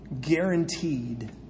guaranteed